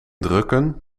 drukken